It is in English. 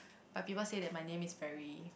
but people say that my name is very